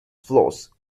flaws